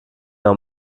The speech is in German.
mehr